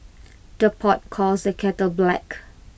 the pot calls the kettle black